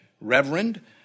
reverend